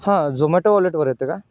हां झोमॅटो वॉलेटवर येतं का